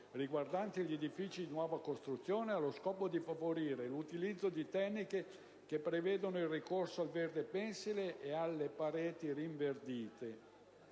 riguardanti gli edifici di nuova costruzione allo scopo di favorire l'utilizzo di tecniche che prevedono il ricorso al verde pensile e alle pareti rinverdite.